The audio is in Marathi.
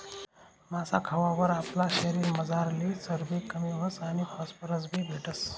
मासा खावावर आपला शरीरमझारली चरबी कमी व्हस आणि फॉस्फरस बी भेटस